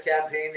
campaign